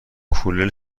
کولر